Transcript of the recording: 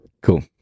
Cool